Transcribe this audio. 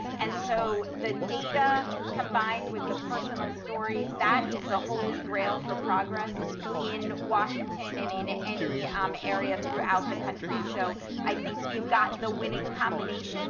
and so the data combined with the personal stories, that is the holy grail for progress in washington and in any area throughout the country. so i think we've got the winning combination